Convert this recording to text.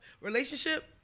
relationship